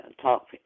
talk